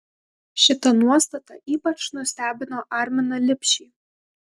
šita nuostata ypač nustebino arminą lipšį